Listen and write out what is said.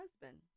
husband